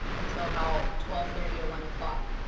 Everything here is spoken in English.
until about twelve thirty or one o'clock.